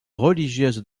religieuse